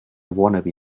wannabe